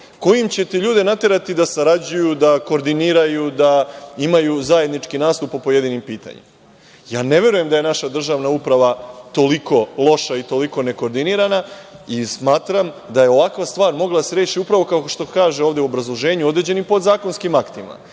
kojim ćete ljude naterati da sarađuju, da koordiniraju, da imaju zajednički nastup po pojedinim pitanjima? Ja ne verujem da je naša državna uprava toliko loša i toliko ne koordinirana. Smatram da je ovakva stvar mogla da se reši, kao što se kaže u obrazloženju, određenim podzakonskim aktima.